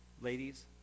ladies